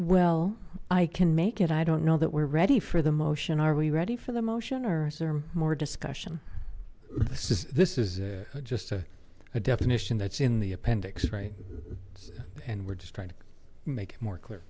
well i can make it i don't know that we're ready for the motion are we ready for the motion or is there more discussion this is just a definition that's in the appendix right and we're just trying to make it more clear